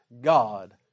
God